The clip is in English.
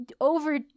over